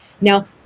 now